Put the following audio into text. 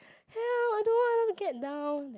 help I don't want I want to get down like